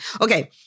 Okay